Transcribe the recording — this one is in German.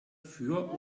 für